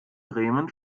bremen